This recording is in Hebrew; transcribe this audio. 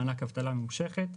מענק אבטלה ממושכת,